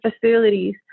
facilities